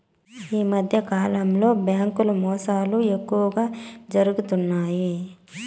ఈ మధ్యకాలంలో బ్యాంకు మోసాలు ఎక్కువగా జరుగుతున్నాయి